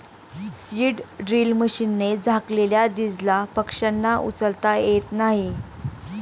seed drill मशीनने झाकलेल्या दीजला पक्ष्यांना उचलता येत नाही